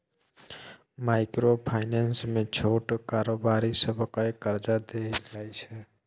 micro finance मे छोट कारोबारी सबकेँ करजा देल जाइ छै